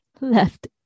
left